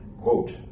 quote